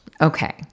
Okay